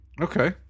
Okay